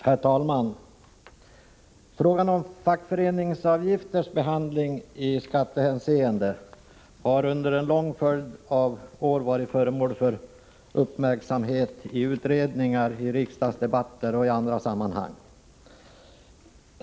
Herr talman! Frågan om fackföreningsavgifters behandling i skattehänseende har under en lång följd av år varit föremål för uppmärksamhet i utredningar, i riksdagsdebatter och i andra sammanhang.